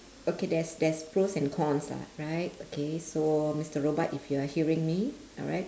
okay there's there's pros and cons lah right okay so mister robot if you are hearing me alright